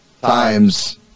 times